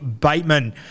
Bateman